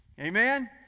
Amen